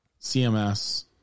CMS